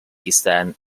descend